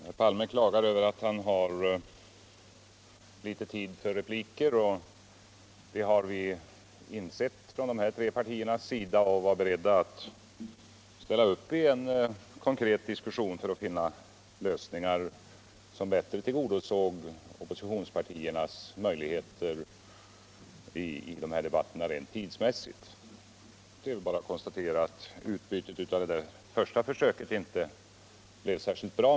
Herr taälman! Herr Palme klagar över att han har så litet tid för repliker. Det har vi insett från de tre regeringspartiernas sida, och vi var beredda att ställa upp i en diskussion för att finna konkreta lösningar som rent vdsmässigt bättre villgodosäg opposivionspartierna. Det är bara att könstatera all det första försöket inte blev särskilt bra.